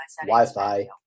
Wi-Fi